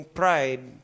pride